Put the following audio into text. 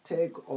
Take